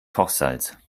kochsalz